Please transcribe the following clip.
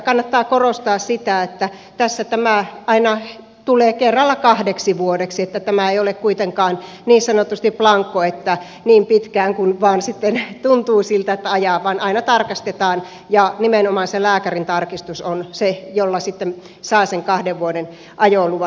kannattaa korostaa sitä että tämä tulee aina kerralla kahdeksi vuodeksi että tämä ei ole kuitenkaan niin sanotusti blanko että ajaa niin pitkään kuin vain tuntuu siltä vaan aina tarkastetaan ja nimenomaan se lääkärintarkastus on se jolla sitten saa sen kahden vuoden ajoluvan